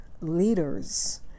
leaders